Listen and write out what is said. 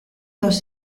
dos